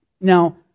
Now